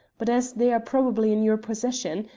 but as they are probably in your possession,